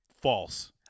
false